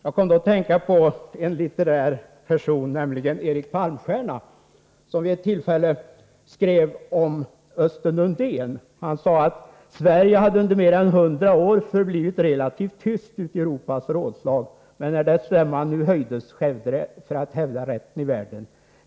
Jag kom då att tänka på en litterär person, nämligen Erik Palmstierna, som vid ett tillfälle skrev följande om Östen Undén: ”Sverige hade under mer än 100 år förblivit relativt tyst uti Europas rådslag, men när dess stämma nu höjdes, skedde det för att hävda rätten i världen.